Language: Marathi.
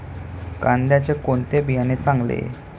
कांद्याचे कोणते बियाणे चांगले?